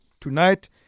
Tonight